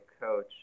coach